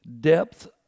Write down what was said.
depth